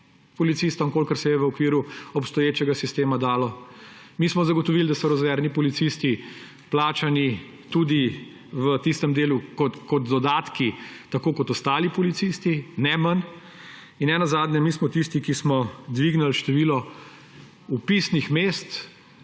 policistom, kolikor se je v okviru obstoječega sistema dalo. Mi smo zagotovili, da so rezervni policisti plačani tudi v tistem delu kot dodatki, tako kot ostali policisti, ne manj. In nenazadnje smo mi tisti, ki smo dvignili število vpisnih mest